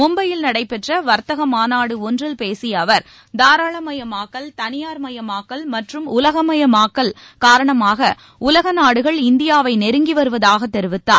மும்பையில் நடைபெற்ற வர்த்தக மாநாடு ஒன்றில் பேசிய அவர் தாராளமயமாக்கல் தளியார்மயமாக்கல் மற்றும் உலகமயமாக்கல் காரணமாக உலக நாடுகள் இந்தியாவை நெருங்கி வருவதாகத் தெரிவித்தார்